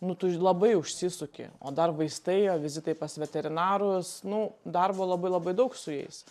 nu tu ž labai užsisuki o dar vaistai o vizitai pas veterinarus nu darbo labai labai daug su jais